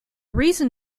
reason